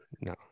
No